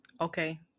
Okay